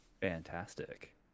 fantastic